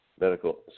Medical